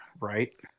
right